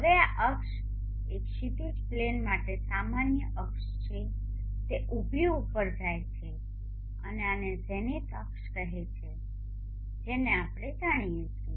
હવે આ અક્ષ એ ક્ષિતિજ પ્લેન માટે સામાન્ય અક્ષ છે તે ઉભી ઉપર જાય છે અને આને ઝેનિથ અક્ષ કહેવામાં આવે છે જેને આપણે જાણીએ છીએ